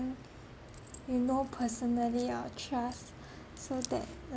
you know personally or trust so that